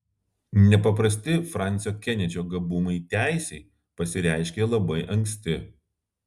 nepaprasti fransio kenedžio gabumai teisei pasireiškė labai anksti